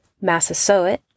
Massasoit